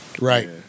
Right